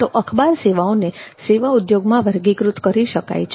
તો અખબાર સેવાઓને સેવા ઉદ્યોગમાં વર્ગીકૃત કરી શકાય છે